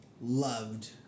loved